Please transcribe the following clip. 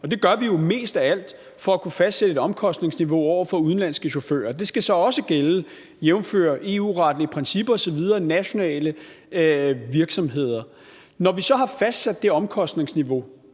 Det gør vi jo mest af alt for at kunne fastsætte et omkostningsniveau over for udenlandske chauffører. Det skal så også gælde jævnfør EU-retten, i principper osv. for nationale virksomheder. Når vi så har fastsat det omkostningsniveau